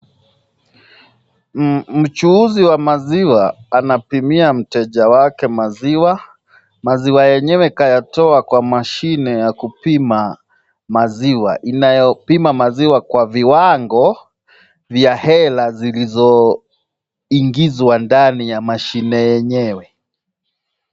Mchuuzi wa maziwa anapimia mteja wake maziwa maziwa yenyewe kayatoa kwa mashine ya kutoa maziwa inayopima maziwa kwa viwango vya hele zilizo ingizwa ndani na mashine yenyewe.